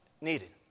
needed